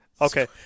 okay